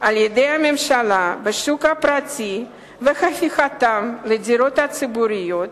על-ידי הממשלה בשוק הפרטי והפיכתן לדירות ציבוריות,